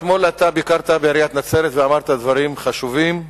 אתמול אתה ביקרת בעיריית נצרת ואמרת דברים חשובים.